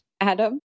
Adam